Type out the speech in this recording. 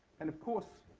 and of course,